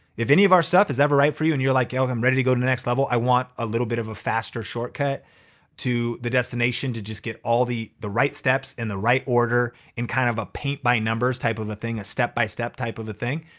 if any of our stuff is ever right for you and you're like, okay, i'm ready to go to the next level, i want a little bit of a faster shortcut to the destination to just get all the the right steps in the right order in kind of a paint by numbers type of a thing, a step-by-step type of a thing.